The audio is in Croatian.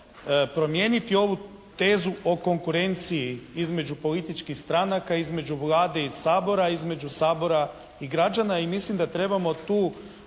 promijeniti ovu tezu o konkurenciji između političkih stranaka, između Vlade i Sabora, između Sabora i građana i mislim da trebamo tu